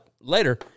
later